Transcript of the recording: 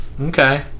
Okay